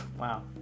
Wow